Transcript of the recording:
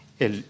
El